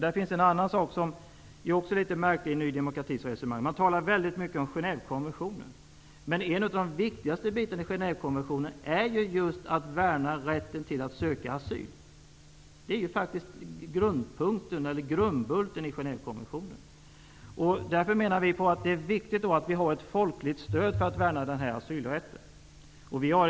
Där finns en annan sak i Ny demokratis resonemang som också är litet märklig. Man talar väldigt mycket om Genèvekonventionen. Men en av de viktigaste bitarna i Genèvekonventionen är ju just att värna rätten att söka asyl. Det är faktiskt grundbulten i Genèvekonventionen. Därför menar vi att det är viktigt att vi har ett folkligt stöd för att värna asylrätten.